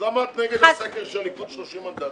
אז למה את נגד הסקר שהליכוד 30 מנדטים?